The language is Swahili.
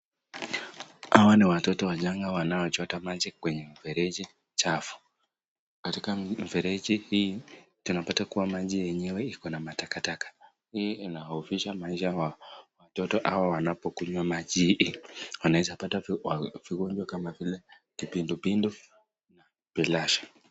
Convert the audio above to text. Hawa ni watoto wachanga wanaochota maji kwenye mfereji chafu. Katika mfereji hii, tunapata kuwa maji yenyewe ikona matakataka. Hii inahofisha maisha ya watoto hawa wanapokunywa maji hii. Wanaweza pata magonjwa kama vile, kipindupindu na bilharzia .